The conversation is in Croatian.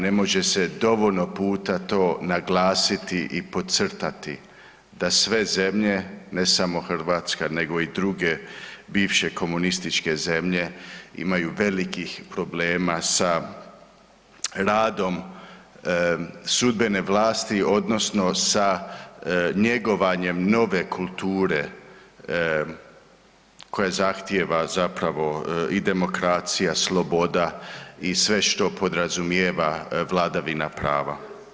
Ne može se dovoljno puta to naglasiti i podcrtati, da sve zemlje, ne samo Hrvatska nego i druge bivše komunističke zemlje imaju velikih problema sa radom sudbene vlasti, odnosno sa njegovanjem nove kulture koja zahtijeva zapravo i demokracija, sloboda i sve što podrazumijeva vladavina prava.